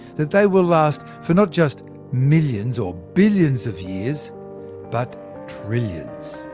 that they will last for not just millions or billions of years but trillions.